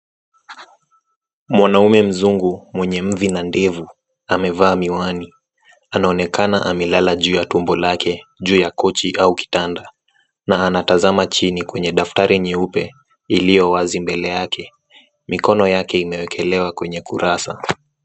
Mwanaume mzungu mwenye mvi na ndevu, amevaa miwani anaonekana amelala juu ya tumbo lake juu ya kochi au kitanda, na anatazama chini kwenye daftari nyeupe, iliowazi mbele yake mikono yake imewekelewa kwenye kurasa.